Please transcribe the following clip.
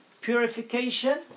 Purification